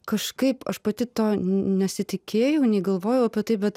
kažkaip aš pati to nesitikėjau negalvojau apie tai bet